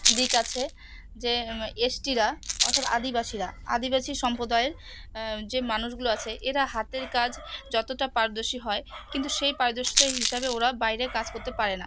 দিক আছে যে এসটিরা অর্থাৎ আদিবাসীরা আদিবাসী সম্প্রদায়ের যে মানুষগুলো আছে এরা হাতের কাজ যতটা পারদর্শী হয় কিন্তু সেই পারদর্শিতার হিসাবে ওরা বাইরে কাজ করতে পারে না